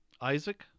Isaac